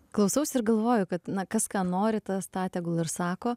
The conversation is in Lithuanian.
klausausi ir galvoju kad na kas ką nori tas tą tegul ir sako